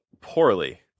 Poorly